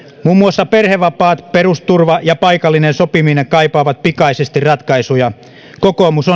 muun muassa perhevapaat perusturva ja paikallinen sopiminen kaipaavat pikaisesti ratkaisuja kokoomus